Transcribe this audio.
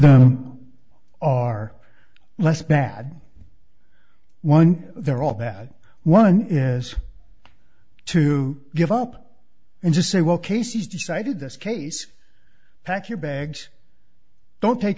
them are less bad one there are all that one is to give up and just say well case is decided this case pack your bags don't take